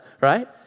right